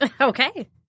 Okay